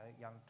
young